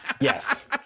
Yes